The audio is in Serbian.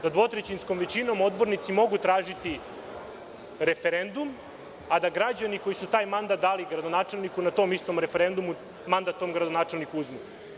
Da dvotrećinskom većinom odbornici mogu tražiti referendum, a da građani koji su taj mandat dali gradonačelniku na tom istom referendumu mandat tom gradonačelniku uzmu.